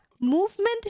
movement